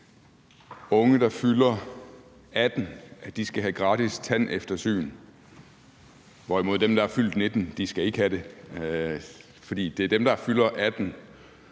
unge, der fylder 18 år, skal have gratis tandeftersyn, hvorimod dem, der er fyldt 19 år, ikke skal have det, for det er dem, der fylder 18